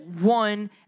one